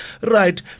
Right